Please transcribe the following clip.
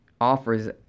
offers